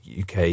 UK